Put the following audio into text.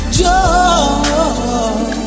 joy